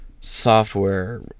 software